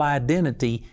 identity